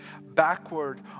backward